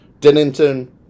Dinnington